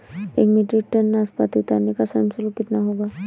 एक metric tonne नाशपाती उतारने का श्रम शुल्क कितना होगा?